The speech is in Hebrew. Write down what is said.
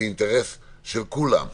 זה אינטרס של כולם.